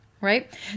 right